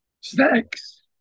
snacks